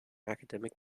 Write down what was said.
academic